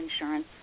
insurance